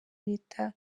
leta